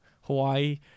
Hawaii